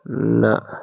نہَ